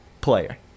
player